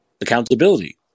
accountability